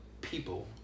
people